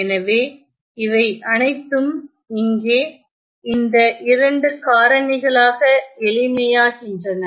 எனவே இவை அனைத்தும் இங்கே இந்த 2 காரணிகளாக எளிமையாகின்றன